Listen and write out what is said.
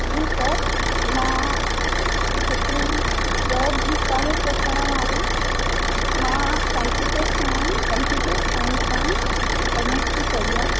जी sir मां हिकिड़ी job जी ख़्वाहिश रखणु वारी मां कंप्युटर सां कंप्युटर साइंस सां एनएसपी कई आहे